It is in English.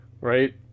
right